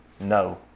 No